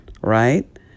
right